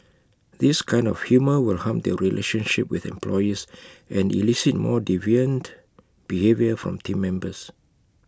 this kind of humour will harm their relationship with employees and elicit more deviant behaviour from Team Members